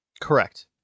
Correct